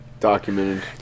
documented